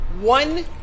One